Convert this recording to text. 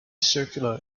circular